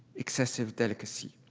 excessive delicacy.